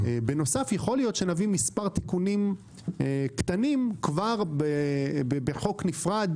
בנוסף יכול להיות שנביא מספר תיקונים קטנים כבר בחוק נפרד